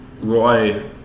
Roy